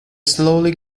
slowly